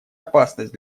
опасность